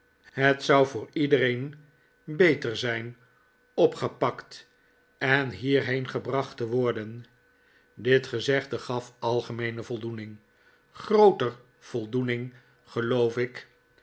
het zou voor iedereen beter zijn opgepakt en hierheen gebracht te worden dit gezegde gaf algemeene voldoening grooter voldoening geloof ik